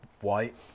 white